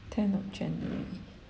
tenth of january